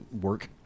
work